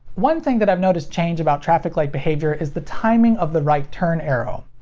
one thing that i've noticed change about traffic light behavior is the timing of the right turn arrow.